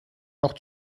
noch